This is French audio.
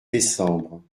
décembre